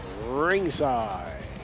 ringside